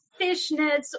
fishnets